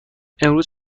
امروز